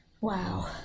Wow